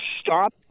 stop